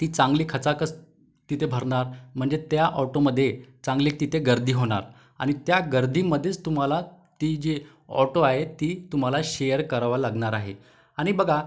ती चांगली खचाखच तिथे भरणार म्हणजे त्या ऑटोमध्ये चांगली तिथे गर्दी होणार आणि त्या गर्दीमध्येच तुम्हाला ती जी ऑटो आहे ती तुम्हाला शेअर करावं लागणार आहे आणि बघा